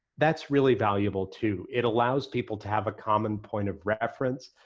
that's really valuable, too. it allows people to have a common point of reference.